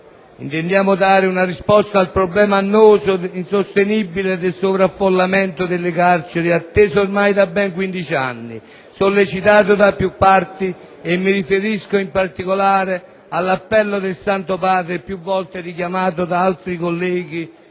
Intendiamo dare una risposta al problema annoso ed insostenibile del sovraffollamento delle carceri atteso ormai da ben 15 anni, sollecitato da più parti. Mi riferisco, in particolare, all'appello - che è stato più volte richiamato da altri colleghi